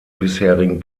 bisherigen